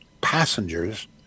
passengers